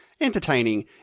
entertaining